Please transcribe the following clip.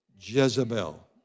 Jezebel